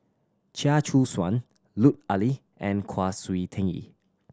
Chia Choo Suan Lut Ali and Kwa Siew Tee